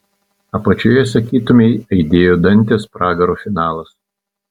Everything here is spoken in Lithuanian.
apačioje sakytumei aidėjo dantės pragaro finalas